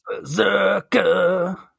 Berserker